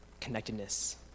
connectedness